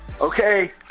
Okay